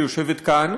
שיושבת כאן,